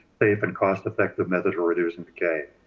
safe and cost effective methods of reducing decay.